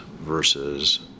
versus